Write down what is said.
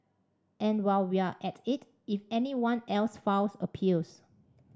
and while we're at it if anyone else files appeals